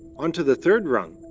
on to the third rung.